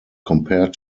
compared